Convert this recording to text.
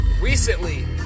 Recently